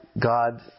God